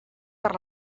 per